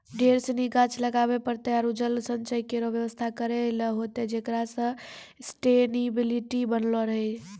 ढेर सिनी गाछ लगाबे पड़तै आरु जल संचय केरो व्यवस्था करै ल होतै जेकरा सें सस्टेनेबिलिटी बनलो रहे